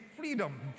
Freedom